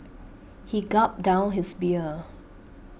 he gulped down his beer